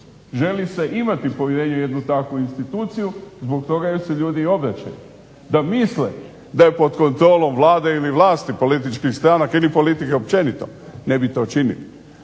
Želi se imati povjerenje u jednu takvu instituciju zbog toga jer se ljudi obraćaju. Da misle da je pod kontrolom Vlade ili vlasti političkih stranaka ili politike općenito ne bi to činili.